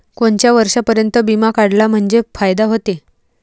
कोनच्या वर्षापर्यंत बिमा काढला म्हंजे फायदा व्हते?